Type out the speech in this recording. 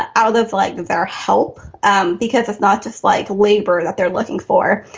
ah out of like their help um because it's not just like labor that they're looking for.